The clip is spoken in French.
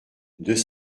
deux